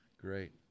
great